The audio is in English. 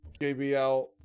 JBL